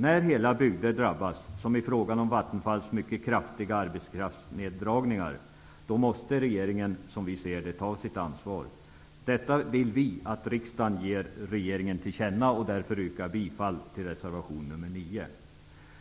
När hela bygder drabbas, som i fråga om Vattenfalls mycket kraftiga arbetskraftsneddragningar, måste regeringen ta sitt ansvar. Detta vill vi att riksdagen ger regeringen till känna. Därför yrkar jag bifall till reservation nr 9.